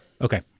okay